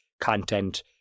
content